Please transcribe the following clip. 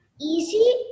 easy